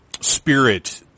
spirit